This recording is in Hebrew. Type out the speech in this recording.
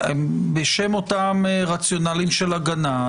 בשם אותה רציונליות של הגנה,